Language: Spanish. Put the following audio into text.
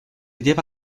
lleva